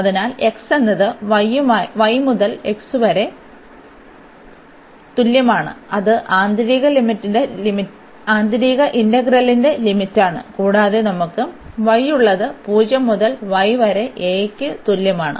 അതിനാൽ x എന്നത് y മുതൽ x വരെ തുല്യമാണ് അത് ആന്തരിക ഇന്റഗ്രലിന്റെ ലിമിറ്റാണ് കൂടാതെ നമുക്ക് y ഉള്ളത് 0 മുതൽ y വരെ a ക്ക് തുല്യമാണ്